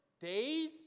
days